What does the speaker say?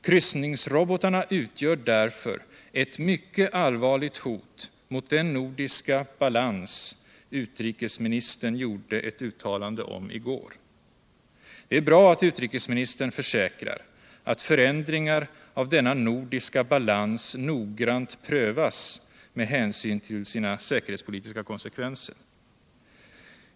Kryssningsrobotarna utgör därför ett mycket allvarligt hot mot den nordiska balans som utrikesministern gjorde ett uttalande om i går. Det är bra att utrikesministern försäkrar att förändringar av denna nordiska balans noggrant prövas med hänsyn till sina säkerhetspolitiska konsekvenser.